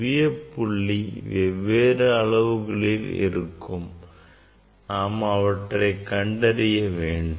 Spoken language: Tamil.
குவிய புள்ளி வெவ்வேறு அளவுகளில் இருக்கும் நாம் அவற்றை கண்டறிய வேண்டும்